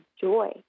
joy